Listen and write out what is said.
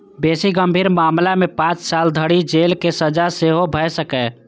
बेसी गंभीर मामला मे पांच साल धरि जेलक सजा सेहो भए सकैए